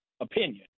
opinion